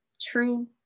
true